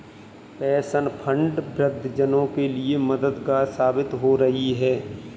pension fund वृद्ध जनों के लिए मददगार साबित हो रही है